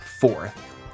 Fourth